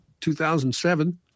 2007